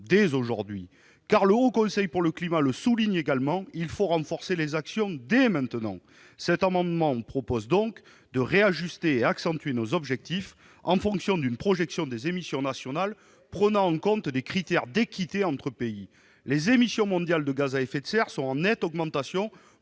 le souligne le Haut Conseil pour le climat, il faut renforcer les actions dès à présent. Cet amendement vise donc à réajuster et à accentuer nos objectifs en fonction d'une projection des émissions nationales prenant en compte des critères d'équité entre pays. Les émissions mondiales de gaz à effet de serre sont en nette augmentation,